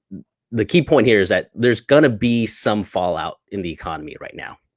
the key point here is that there's gonna be some fallout in the economy right now.